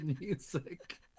music